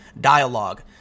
Dialogue